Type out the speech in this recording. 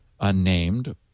unnamed